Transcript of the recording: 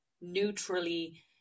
neutrally